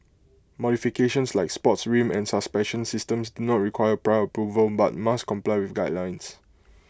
modifications like sports rim and suspension systems do not require prior approval but must comply with guidelines